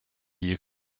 you